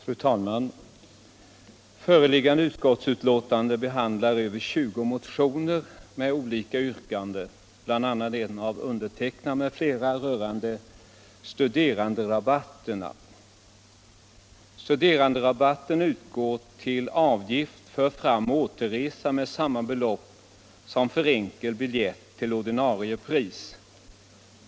Fru talman! Föreliggande utskottsbetänkande behandlar över 20 motioner med olika yrkanden, bl.a. en av mig m.fl. rörande studeranderabatterna. Studeranderabatt utgår på avgift för framoch återresa med samma belopp som för enkelbiljett till ordinarie pris.